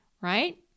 right